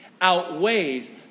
outweighs